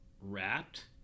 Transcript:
wrapped